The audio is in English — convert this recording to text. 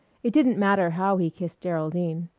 it didn't matter how he kissed geraldine.